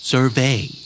Survey